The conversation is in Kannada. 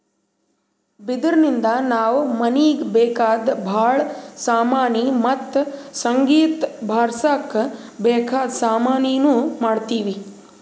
ಬಿದಿರಿನ್ದ ನಾವ್ ಮನೀಗ್ ಬೇಕಾದ್ ಭಾಳ್ ಸಾಮಾನಿ ಮತ್ತ್ ಸಂಗೀತ್ ಬಾರ್ಸಕ್ ಬೇಕಾದ್ ಸಾಮಾನಿನೂ ಮಾಡ್ತೀವಿ